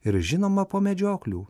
ir žinoma po medžioklių